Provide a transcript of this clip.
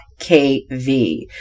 KV